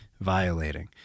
violating